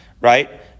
right